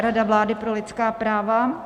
Rada vlády pro lidská práva.